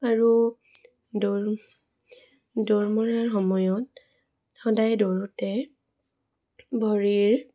আৰু দৌৰ দৌৰ মৰাৰ সময়ত সদায় দৌৰোঁতে ভৰিৰ